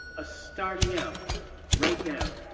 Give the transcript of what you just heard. ah starting out right now.